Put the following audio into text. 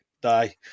Die